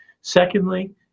Secondly